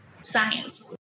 Science